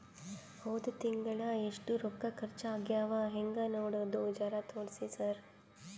ಹೊದ ತಿಂಗಳ ಎಷ್ಟ ರೊಕ್ಕ ಖರ್ಚಾ ಆಗ್ಯಾವ ಹೆಂಗ ನೋಡದು ಜರಾ ತೋರ್ಸಿ ಸರಾ?